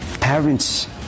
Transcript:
Parents